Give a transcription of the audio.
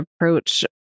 approach